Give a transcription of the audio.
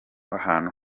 ahantu